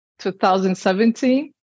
2017